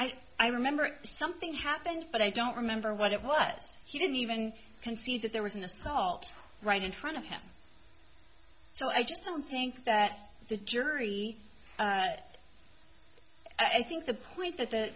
think i remember something happened but i don't remember what it was he didn't even concede that there was an assault right in front of him so i just don't think that the jury i think the point that the